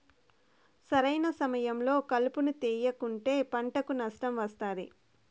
సరైన సమయంలో కలుపును తేయకుంటే పంటకు నష్టం వస్తాది